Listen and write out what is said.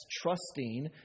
trusting